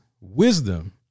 wisdom